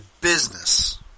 business